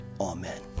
Amen